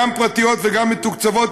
גם פרטיות וגם מתוקצבות,